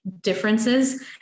differences